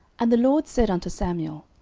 and the lord said unto samuel,